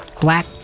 black